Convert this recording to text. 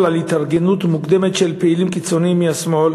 על התארגנות מוקדמת של פעילים קיצונים מהשמאל,